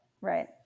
right